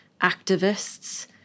activists